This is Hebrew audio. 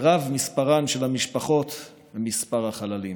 ורב מספרן של המשפחות ממספר החללים.